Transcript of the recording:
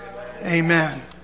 Amen